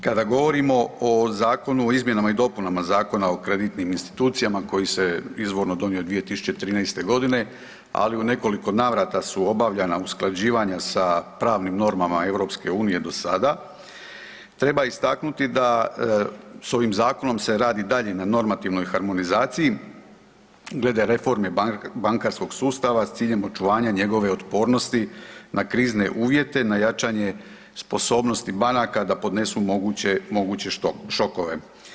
Kada govorimo o zakonu o izmjenama i dopunama Zakona o kreditnim institucijama koji se izvorno donio 2013. godine, ali u nekoliko navrata su obavljena usklađivanja sa pravnim normama EU do sada, treba istaknuti da se s ovim zakonom radi dalje na normativnoj harmonizaciji glede reforme bankarskog sustava s ciljem očuvanja njegove otpornosti na krizne uvjete, na jačanje sposobnosti banaka da podnesu moguće šokove.